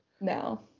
no